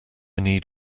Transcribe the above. need